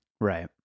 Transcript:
Right